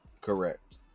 Correct